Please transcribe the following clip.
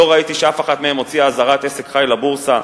לא ראיתי אף אחת מהן מוציאה אזהרת עסק חי לבורסה.